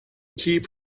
keep